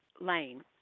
Lane